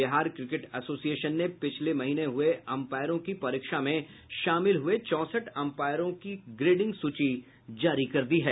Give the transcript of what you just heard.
Bihar cricket association ने पिछले महीने हुई एम्पायरों की परीक्षा में शामिल हुये चौसठ एम्पायरों की ग्रेडिंग सूची जारी कर दी है